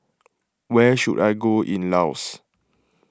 where should I go in Laos